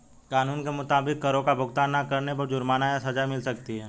कानून के मुताबिक, करो का भुगतान ना करने पर जुर्माना या सज़ा मिल सकती है